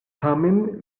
tamen